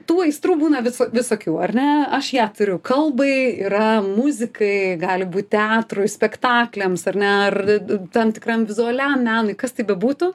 tų aistrų būna viso visokių ar ne aš ją turiu kalbai yra muzikai gali būt teatrui spektakliams ar ne ar d tam tikram vizualiam menui kas tai bebūtų